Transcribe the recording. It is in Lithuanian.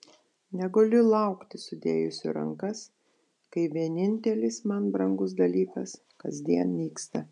negaliu laukti sudėjusi rankas kai vienintelis man brangus dalykas kasdien nyksta